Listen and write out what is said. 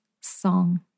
song